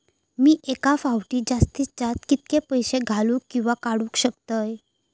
मी एका फाउटी जास्तीत जास्त कितके पैसे घालूक किवा काडूक शकतय?